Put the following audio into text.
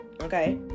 okay